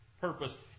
purpose